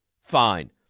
fine